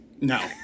No